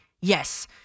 yes